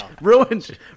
ruined